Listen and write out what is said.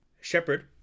Shepard